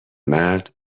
مرد